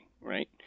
right